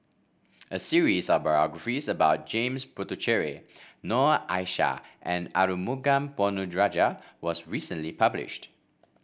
a series of biographies about James Puthucheary Noor Aishah and Arumugam Ponnu Rajah was recently published